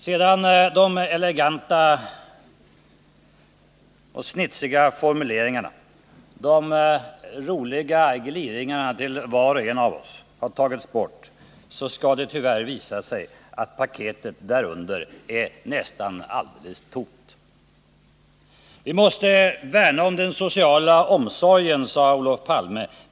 Sedan det eleganta omslaget, de = snitsiga formuleringarna, de roliga gliringarna till var och en av oss har tagits bort, så skall det tyvärr visa sig att paketet är nästan alldeles tomt. Vi måste värna om den sociala omsorgen, sade Olof Palme.